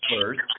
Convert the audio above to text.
first